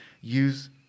use